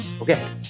Okay